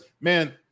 man